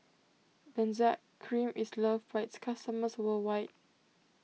Benzac Cream is loved by its customers worldwide